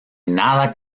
nada